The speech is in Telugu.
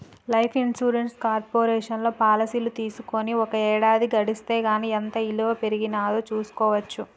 లైఫ్ ఇన్సూరెన్స్ కార్పొరేషన్లో పాలసీలు తీసుకొని ఒక ఏడాది గడిస్తే గానీ ఎంత ఇలువ పెరిగినాదో చూస్కోవచ్చు